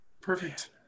perfect